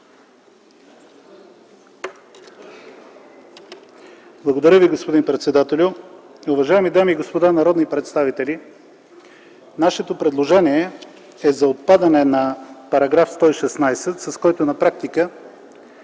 Благодаря, господин председателю. Уважаеми дами и господа народни представители, нашето предложение е за отпадане на § 116, с който на практика